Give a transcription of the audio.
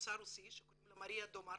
ממוצא רוסי שקוראים לה מריה דומרק.